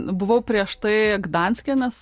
buvau prieš tai gdanske nes